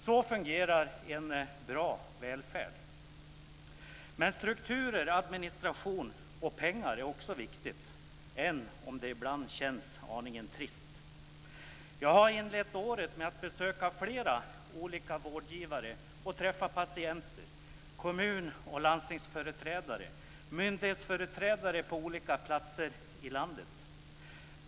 Så fungerar en bra välfärd. Men strukturer, administration och pengar är också viktigt, även om det ibland känns aningen trist. Jag har inlett året med att besöka flera olika vårdgivare och träffa patienter, kommun och landstingsföreträdare och myndighetsföreträdare på olika platser i landet.